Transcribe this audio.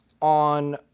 on